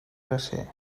bracer